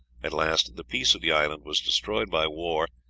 at last the peace of the island was destroyed by war,